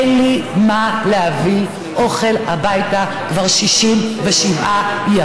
אין לי ממה להביא אוכל הביתה כבר 67 ימים.